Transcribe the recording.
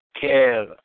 care